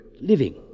living